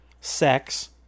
sex